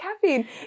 caffeine